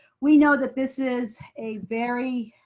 we know that this is a very